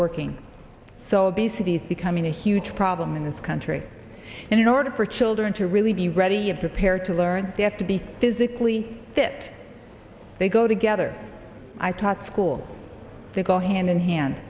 working so obesity is becoming a huge problem in this country and in order for children to really be ready of prepared to learn they have to be physically fit they go together i taught school they go hand in hand